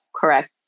correct